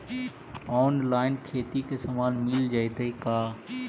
Online खेती के सामान मिल जैतै का?